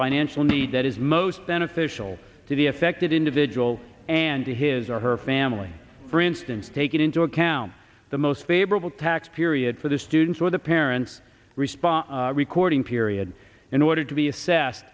financial need that is most beneficial to the affected individual and to his or her family for instance taking into account the most favorable tax period for the students or the parents respond recording period in order to be assessed